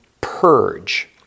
purge